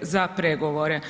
za pregovore.